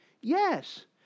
Yes